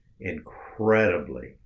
incredibly